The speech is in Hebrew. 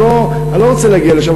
אני לא רוצה להגיע לשם.